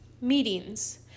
meetings